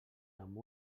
amb